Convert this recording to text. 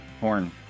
horn